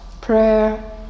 prayer